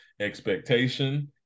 expectation